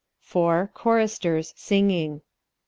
four quirristers singing.